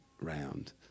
round